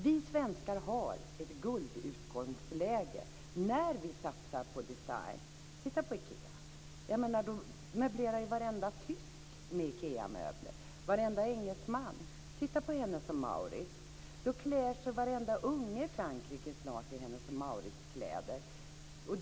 Vi svenskar har ett guldutgångsläge när vi satsar på design. Titta på IKEA. Varenda tysk och varenda engelsman möblerar ju med IKEA-möbler. Titta på Hennes & Mauritz. Snart klär sig varenda unge i Frankrike i kläder från Hennes & Mauritz.